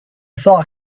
thaw